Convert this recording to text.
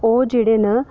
ओह् जेह्ड़े न